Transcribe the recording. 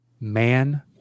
Man